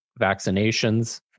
vaccinations